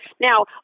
Now